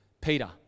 Peter